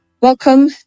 Welcome